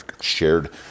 shared